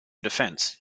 defense